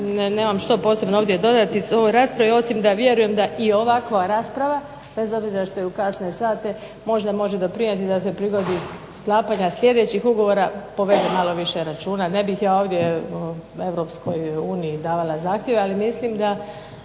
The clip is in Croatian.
nemam što posebno dodati ovoj raspravi osim da vjerujem da i ovakva rasprava bez obzira što je u kasne sate možda može doprinijeti da se prigodi sklapanja sljedećih ugovora povede malo više računa. Ne bih ja ovdje EU davala zahtjeve, ali mislim da